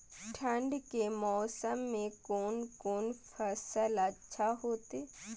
ठंड के मौसम में कोन कोन फसल अच्छा होते?